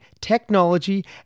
technology